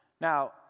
Now